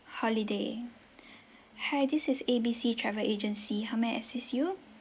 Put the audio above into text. holiday hi this is A B C travel agency how may I assist you